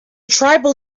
tribal